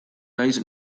naiz